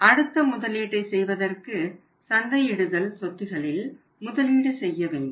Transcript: அடுத்த முதலீட்டை செய்வதற்கு சந்தையிடுதல் சொத்துகளில் முதலீடு செய்ய வேண்டும்